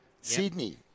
Sydney